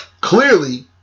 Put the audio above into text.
clearly